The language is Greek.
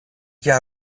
για